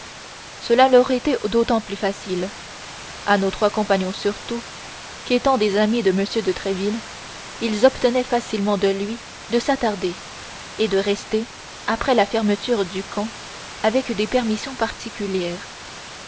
cela leur était d'autant plus facile à nos trois compagnons surtout qu'étant des amis de m de tréville ils obtenaient facilement de lui de s'attarder et de rester après la fermeture du camp avec des permissions particulières